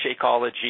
Shakeology